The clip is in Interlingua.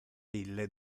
ille